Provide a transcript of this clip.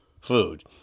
food